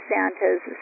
Santa's